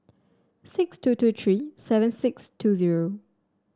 six two two three six seven two zero